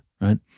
right